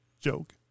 joke